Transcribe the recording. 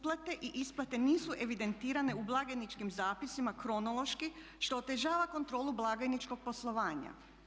Uplate i isplate nisu evidentirane u blagajničkim zapisima kronološki što otežava kontrolu blagajničkog poslovanja.